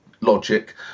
logic